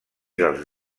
dels